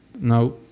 now